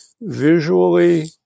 visually